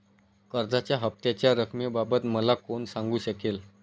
कर्जाच्या हफ्त्याच्या रक्कमेबाबत मला कोण सांगू शकेल?